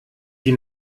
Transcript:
die